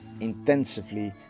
intensively